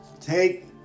take